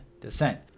descent